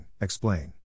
explain